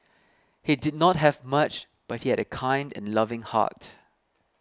he did not have much but he had a kind and loving heart